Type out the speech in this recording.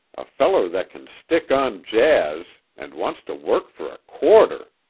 a feller that can stick on jazz, and wants to work for a quarter!